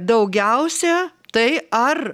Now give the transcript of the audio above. daugiausia tai ar